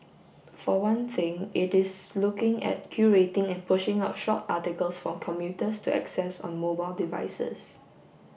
for one thing it is looking at curating and pushing out short articles for commuters to access on mobile devices